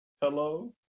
Hello